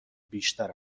بیشتر